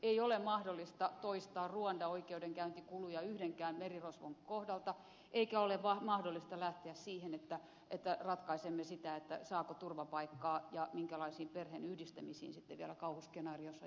ei ole mahdollista toistaa ruanda oikeudenkäyntikuluja yhdenkään merirosvon kohdalla eikä ole mahdollista lähteä siihen että ratkaisemme sitä saako turvapaikkaa ja minkälaisiin perheen yhdistämisiin sitten vielä kauhuskenaariossa jälkeenpäin mentäisiin